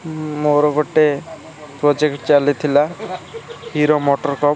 ମୋର ଗୋଟେ ପ୍ରୋଜେକ୍ଟ୍ ଚାଲିଥିଲା ହିରୋ ମୋଟେକପ୍